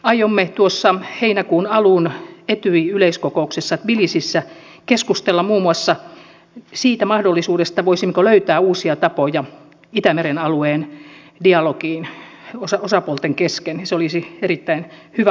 aiomme heinäkuun alun etyj yleiskokouksessa tbilisissä keskustella muun muassa siitä mahdollisuudesta voisimmeko löytää uusia tapoja itämeren alueen dialogiin osapuolten kesken se olisi erittäin hyvä ajatus